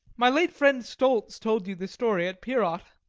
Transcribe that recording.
my late friend stolz told you the story at peerot.